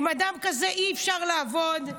עם אדם כזה אי-אפשר לעבוד,